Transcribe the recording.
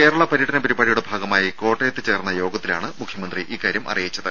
കേരള പര്യടന പരിപാടിയുടെ ഭാഗമായി കോട്ടയത്ത് ചേർന്ന യോഗത്തിലാണ് മുഖ്യമന്ത്രി ഇക്കാര്യം അറിയിച്ചത്